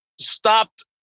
stopped